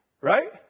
right